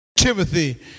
Timothy